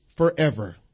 forever